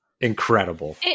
incredible